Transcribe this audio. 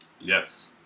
Yes